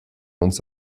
uns